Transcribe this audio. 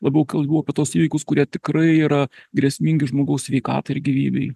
labiau kalbu apie tuos įvykius kurie tikrai yra grėsmingi žmogaus sveikatai ir gyvybei